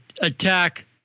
attack